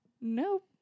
Nope